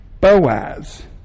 Boaz